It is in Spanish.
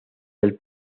del